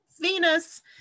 Venus